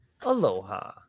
aloha